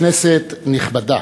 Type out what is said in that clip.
כנסת נכבדה,